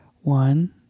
one